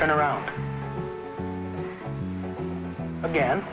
turn around again